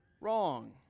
wrong